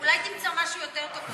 אולי תמצא משהו יותר טוב לומר?